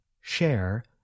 share